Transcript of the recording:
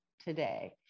today